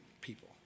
people